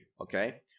okay